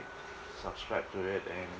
subscribe to it and